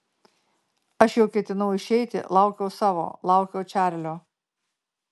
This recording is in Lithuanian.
aš jau ketinau išeiti laukiau savo laukiau čarlio